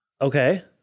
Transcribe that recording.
Okay